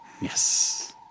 Yes